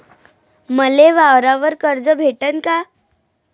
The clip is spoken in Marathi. मले वावरावर कर्ज भेटन का?